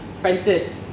Francis